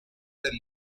del